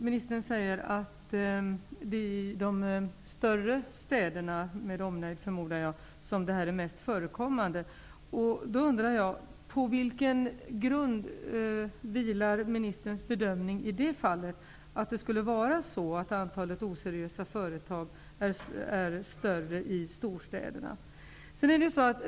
Ministern säger att det är i de större städerna -- med omnejd förmodar jag -- som detta är mest förekommande. Då undrar jag på vilken grund ministerns bedömning att antalet oseriösa företag är större i storstäderna vilar.